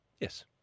Yes